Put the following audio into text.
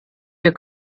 wir